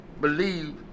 Believe